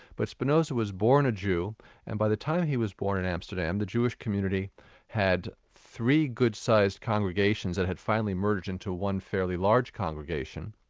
but spinoza was born a jew and by the time he was born in amsterdam, the jewish community had three good-sized congregations that had finally merged into one fairly large congregation,